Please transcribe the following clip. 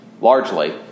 largely